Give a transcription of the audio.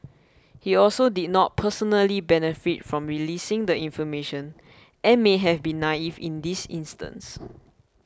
he also did not personally benefit from releasing the information and may have been naive in this instance